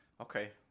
Okay